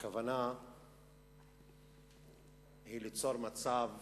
שהכוונה היא ליצור מצב